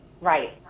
right